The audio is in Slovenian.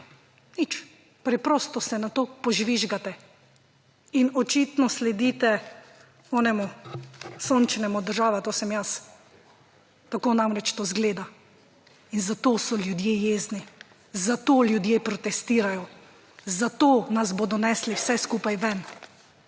Nič. Preprosto se na to požvižgate. In očitno sledite tistemu sončnemu, država to sem jaz. Tako namreč to izgleda. In zato so ljudje jezni, zato ljudje protestirajo, zato nas bodo nesli vse skupaj ven,